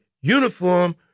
uniform